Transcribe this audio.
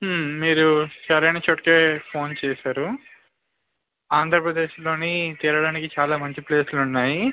మీరు సరైన చోటుకే ఫోన్ చేసారు ఆంధ్రప్రదేశ్లోని తిరగడానికి చాలా మంచి ప్లేస్లు ఉన్నాయి